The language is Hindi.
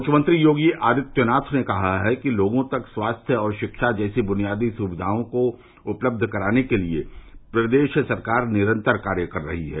मुख्यमंत्री योगी आदित्यनाथ ने कहा है कि लोगों तक स्वास्थ्य और शिक्षा जैसी बुनियादी सुविधाओं को उपलब्ध कराने के लिये प्रदेश सरकार निरन्तर कार्य कर रही है